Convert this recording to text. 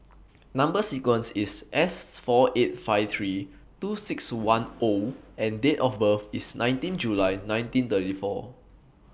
Number sequence IS S four eight five three two six one O and Date of birth IS nineteen July nineteen thirty four